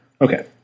Okay